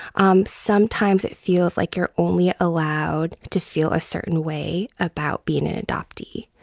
um sometimes it feels like you're only allowed to feel a certain way about being an adoptee.